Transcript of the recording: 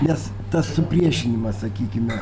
nes tas supriešinimas sakykime